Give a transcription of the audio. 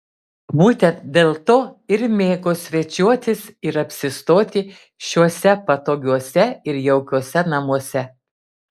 būtent dėlto ir mėgo svečiuotis ir apsistoti šiuose patogiuose ir jaukiuose namuose